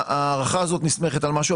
שההערכה הזו נסמכת על משהו,